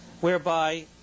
Whereby